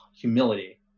humility